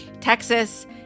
Texas